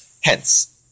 Hence